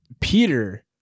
Peter